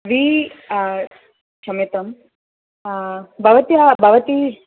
V क्षम्यतां भवत्या भवती